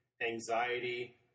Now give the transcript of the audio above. anxiety